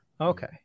Okay